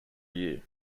year